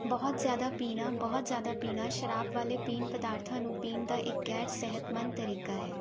ਬਹੁਤ ਜ਼ਿਆਦਾ ਪੀਣਾ ਬਹੁਤ ਜ਼ਿਆਦਾ ਪੀਣਾ ਸ਼ਰਾਬ ਵਾਲੇ ਪੀਣ ਪਦਾਰਥਾਂ ਨੂੰ ਪੀਣ ਦਾ ਇੱਕ ਗੈਰ ਸਿਹਤਮੰਦ ਤਰੀਕਾ ਹੈ